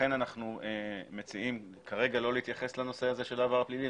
לכן אנחנו מציעים כרגע לא להתייחס לנושא הזה של עבר פלילי,